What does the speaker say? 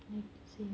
like same